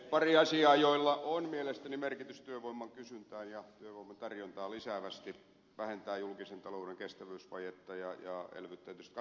pari asiaa joilla on mielestäni merkitys työvoiman kysyntään ja työvoiman tarjontaan lisäävästi ja jotka vähentävät julkisen talouden kestävyysvajetta ja elvyttävät tietysti kansantaloutta